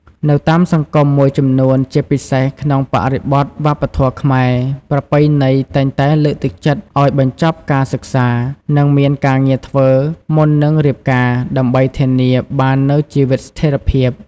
នៅតាមសង្គមមួយចំនួន ជាពិសេសក្នុងបរិបទវប្បធម៌ខ្មែរ ប្រពៃណីតែងតែលើកទឹកចិត្តឱ្យបញ្ចប់ការសិក្សា និងមានការងារធ្វើមុននឹងរៀបការ ដើម្បីធានាបាននូវជីវិតស្ថិរភាព។